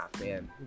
man